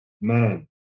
man